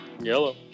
Yellow